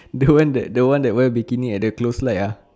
the one that the one that wear bikini at the close light uh